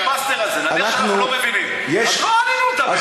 אנחנו לא עשינו פיליבסטר על זה.